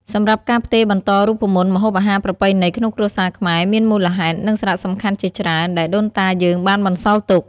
សម្រាប់ការផ្ទេរបន្តរូបមន្តម្ហូបអាហារប្រពៃណីក្នុងគ្រួសារខ្មែរមានមូលហេតុ និងសារៈសំខាន់ជាច្រើនដែលដូនតាយើងបានបន្សល់ទុក។